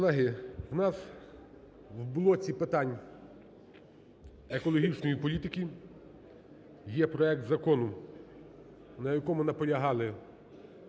у нас у блоці питань екологічної політики є проект закону, на якому наполягали